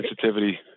sensitivity